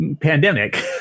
pandemic